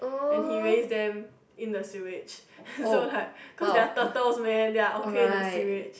and he raise them in the sewers so like cause they are turtles man they are okay in the sewers